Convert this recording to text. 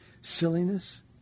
silliness